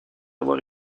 avoir